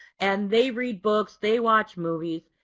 and they read books, they watch movies.